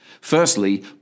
Firstly